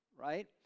right